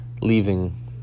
leaving